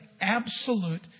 absolute